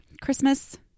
Christmas